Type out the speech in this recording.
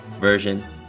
version